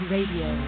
Radio